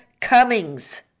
Cummings